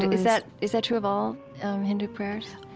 is that is that true of all hindu prayers?